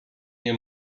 nie